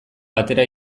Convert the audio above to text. batera